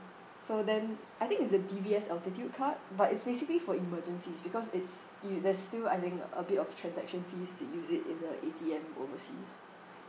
so then I think it's the D_B_S altitude card but it's basically for emergencies because it's y~ they're still adding a bit of transaction fees to use it in the A_T_M over~